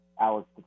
Alex